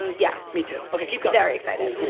yes. me too. okay keep going. very excited.